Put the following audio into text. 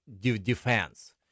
defense